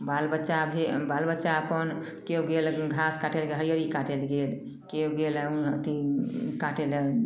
बालबच्चा भेल बालबच्चा अपन केओ गेल घास काटै लै हरिअरी काटै लै गेल केओ गेल अथी काटै लै